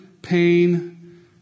pain